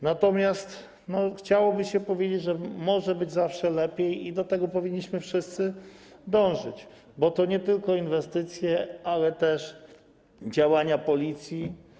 Natomiast chciałoby się powiedzieć, że może być zawsze lepiej, i do tego powinniśmy wszyscy dążyć, bo chodzi nie tylko o inwestycje, ale też działania Policji.